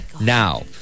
Now